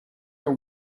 are